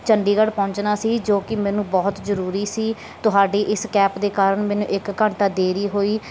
ਚੰਡੀਗੜ੍ਹ ਪਹੁੰਚਣਾ ਸੀ ਜੋ ਕਿ ਮੈਨੂੰ ਬਹੁਤ ਜ਼ਰੂਰੀ ਸੀ ਤੁਹਾਡੀ ਇਸ ਕੈਪ ਦੇ ਕਾਰਨ ਮੈਨੂੰ ਇੱਕ ਘੰਟਾ ਦੇਰੀ ਹੋਈ